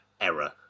error